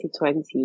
2020